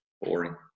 boring